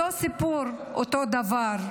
אותו סיפור, אותו דבר,